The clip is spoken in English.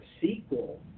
sequel